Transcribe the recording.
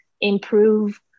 improve